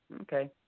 Okay